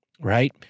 right